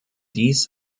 dies